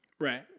right